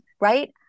right